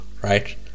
right